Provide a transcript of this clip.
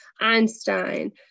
Einstein